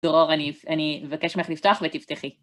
דרור, אני אבקש ממך לפתוח ותפתחי.